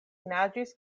naĝis